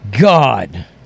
God